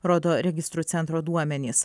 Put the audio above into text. rodo registrų centro duomenys